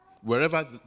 Wherever